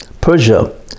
persia